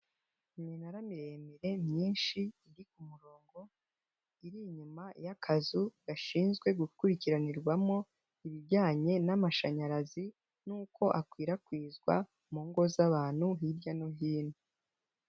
Iminara miremire myinshi iri ku murongo, iri inyuma y'akazu gashinzwe gukurikiranirwamo ibijyanye n'amashanyarazi n'uko akwirakwizwa mu ngo z'abantu hirya no hino.